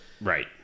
Right